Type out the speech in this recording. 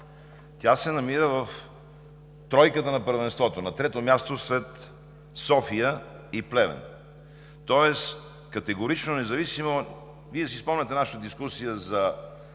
тя се намира в тройката на първенството – на трето място след София и Плевен. Тоест категорично – Вие си спомняте нашата дискусия за